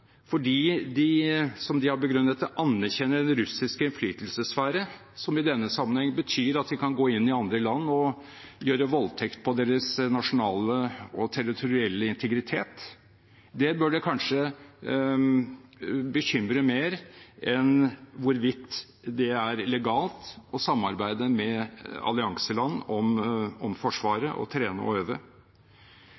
fordi de – slik de har begrunnet det – anerkjenner den russiske innflytelsessfære, som i denne sammenheng betyr at de kan gå inn i andre land og gjøre voldtekt på deres nasjonale og territorielle integritet. Det burde kanskje bekymre mer enn hvorvidt det er legalt å samarbeide med allianseland om